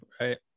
right